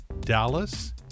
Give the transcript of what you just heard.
Dallas